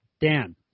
Dan